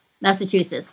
Massachusetts